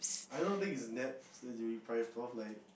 I don't think is naps that you'll be deprived of like